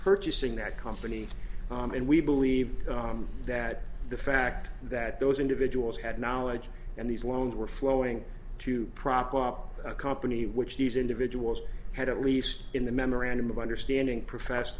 purchasing that company and we believe that the fact that those individuals had knowledge and these loans were flowing to proper our company which these individuals had at least in the memorandum of understanding profess